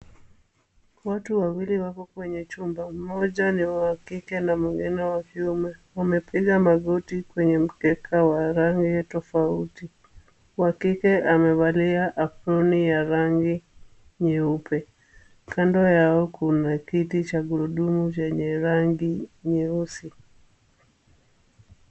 Watu wawili wako kwenye chumba .Mmoja wa kike na mwingine wa kiume, wamepiga magoti kwenye mkeka wa rangi tofauti, wa kike amevalia aproni ya rangi nyeupe. Kando yao kuna kiti cha gurudumu chenye rangi nyeusi.